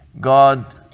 god